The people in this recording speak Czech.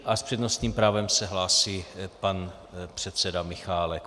S přednostním právem se hlásí pan předseda Michálek.